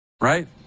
Right